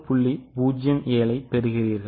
07ஐ பெறுகிறீர்கள்